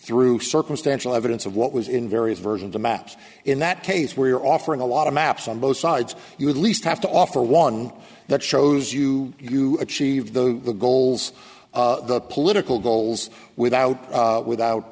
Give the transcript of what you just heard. through circumstantial evidence of what was in various versions or maps in that case we're offering a lot of maps on both sides you at least have to offer one that shows you if you achieve the goals of the political goals without without